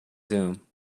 zoom